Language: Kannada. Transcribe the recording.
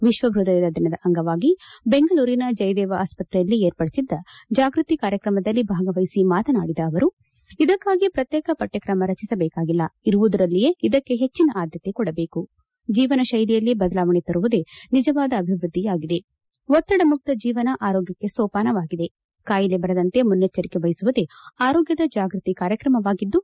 ವಿಶ್ವ ಪೃದಯ ದಿನದ ಅಂಗವಾಗಿ ಬೆಂಗಳೂರಿನ ಜಯದೇವ ಆಸ್ಪತ್ರೆಯಲ್ಲಿ ಏರ್ಪಡಿಸಿದ್ದ ಜಾಗೃತಿ ಕಾರ್ಯತ್ರಮದಲ್ಲಿ ಭಾಗವಹಿಸಿ ಮಾತನಾಡಿದ ಅವರು ಇದಕ್ಕಾಗಿ ಪ್ರತ್ಯೇಕ ಪತ್ರತ್ರಮ ರಚಿಸಬೇಕಾಗಿಲ್ಲ ಇರುವುದರಲ್ಲೇ ಇದಕ್ಕೆ ಹೆಚ್ಚನ ಆದ್ದತೆ ಕೊಡಬೇಕು ಜೀವನ ಶೈಲಿಯಲ್ಲಿ ಬದಲಾವಣೆ ತರುವುದೇ ನಿಜವಾದ ಅಭಿವೃದ್ದಿಯಾಗಿದೆ ಒತ್ತಡ ಮುಕ್ತ ಜೀವನ ಆರೋಗ್ಲಕ್ಷೆ ಸೋಪಾನವಾಗಿದೆ ಕಾಯಿಲೆ ಬರದಂತೆ ಮುನ್ನೆಚ್ಗರಿಕೆ ವಹಿಸುವುದೆ ಆರೋಗ್ಲದ ಜಾಗೃತಿ ಕಾರ್ಯಕ್ರಮವಾಗಿದ್ದು